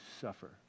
suffer